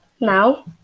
Now